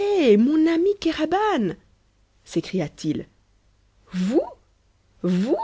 eh mon ami kéraban s'écria-t-il vous vous